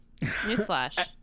newsflash